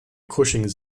cushing